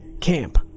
camp